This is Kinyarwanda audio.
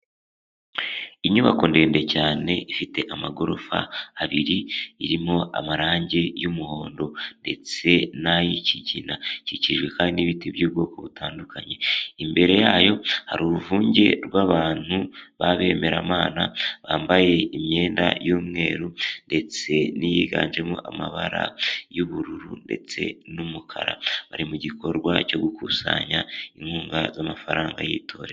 Inyubako ndende cyane ifite amagorofa abiri irimo amarangi y'umuhondo ndetse n'ay'ikigina, ikikijwe kandi n'ibiti by'ubwoko butandukanye, imbere yayo hari uruvunge rw'abantu b'Abemeramana bambaye imyenda y'umweru ndetse n'iyiganjemo amabara y'ubururu ndetse n'umukara, bari mu gikorwa cyo gukusanya inkunga z'amafaranga y'itorero.